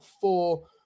four